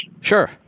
Sure